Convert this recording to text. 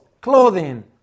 clothing